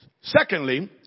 Secondly